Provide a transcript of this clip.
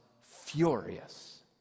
furious